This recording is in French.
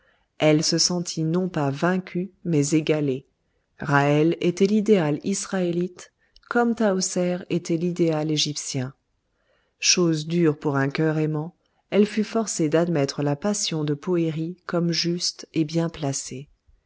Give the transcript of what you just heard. elle se sentit non pas vaincue mais égalée ra'hel était l'idéal israélite comme tahoser était l'idéal égyptien chose dure pour un cœur aimant elle fut forcée d'admettre la passion de poëri comme juste et bien placée